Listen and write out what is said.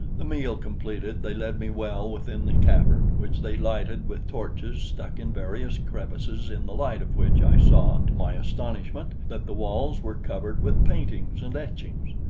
the meal completed, they led me well within the cavern, which they lighted with torches stuck in various crevices in the light of which i saw, to my astonishment, that the walls were covered with paintings and etchings.